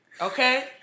Okay